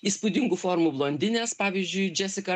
įspūdingų formų blondinės pavyzdžiui džesika